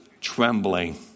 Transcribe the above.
trembling